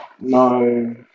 No